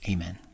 Amen